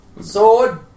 Sword